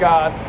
God